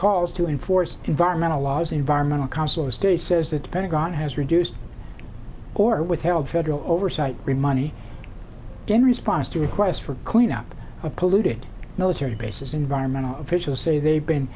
cause to enforce environmental laws environmental council estate says that the pentagon has reduced or withheld federal oversight re money in response to requests for cleanup of polluted military bases environmental officials say they've been